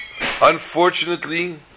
Unfortunately